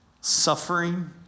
suffering